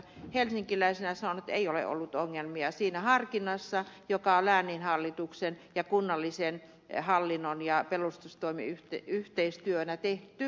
helsinkiläisenä sanon että ei ole ollut ongelmia siinä harkinnassa joka on lääninhallituksen ja kunnallisen hallinnon ja pelastustoimen yhteistyönä tehty